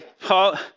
Paul